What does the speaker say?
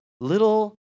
Little